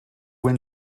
when